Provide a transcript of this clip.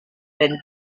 been